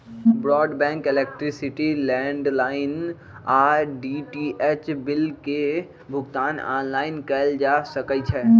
broadband, electricity, landline आऽ DTH bill के भुगतान ऑनलाइन कएल जा सकइ छै